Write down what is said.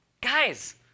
Guys